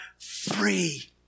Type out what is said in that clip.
free